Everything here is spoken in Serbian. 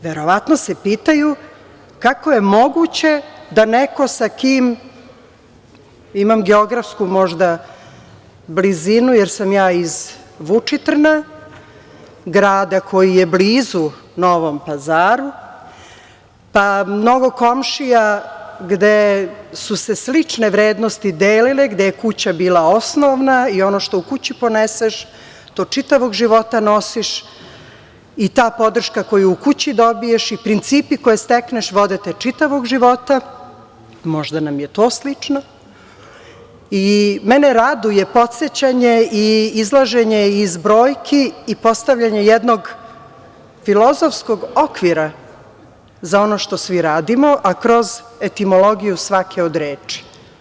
Verovatno se pitaju kako je moguće da neko sa kim imam geografsku možda blizinu, jer sam ja iz Vučitrna, grada koji je blizu Novom Pazaru, pa, mnogo komšija gde su se slične vrednosti delile, gde je kuća bila osnovna i ono što u kući poneseš to čitavog života nosiš i ta podrška koju u kući dobiješ i principi koje stekneš vode te čitavog života, možda nam je to slično i mene raduje podsećanje i izlaženje iz brojki i postavljanje jednog filozofskog okvira za ono što svi radimo, a kroz etimologiju svake od reči.